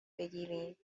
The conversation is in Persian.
بگیریم